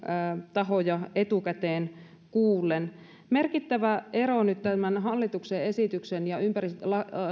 tahoja etukäteen kuullen merkittävä ero nyt tämän hallituksen esityksen ja